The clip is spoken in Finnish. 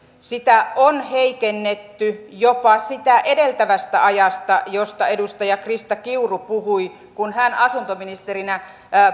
sitä on heikennetty jopa sitä edeltävästä ajasta josta edustaja krista kiuru puhui kun hän asuntoministerinä